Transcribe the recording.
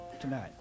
tonight